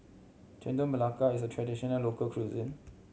Chendol Melaka is a traditional local cuisine